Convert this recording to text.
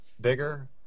bigger